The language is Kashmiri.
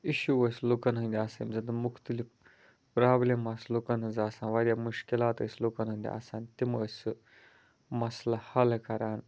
اِشوٗ ٲسۍ لُکَن ہٕنٛد آسان یِم زَن تِم مُختلف پرٛابلِم آسہٕ لُکَن ہٕنٛز آسان واریاہ مُشکِلات ٲسۍ لُکَن ہٕنٛدۍ آسان تِمہٕ ٲسۍ سُہ مسلہٕ حلہٕ کران